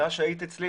מאז שהיית אצלי,